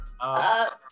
up